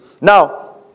Now